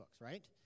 right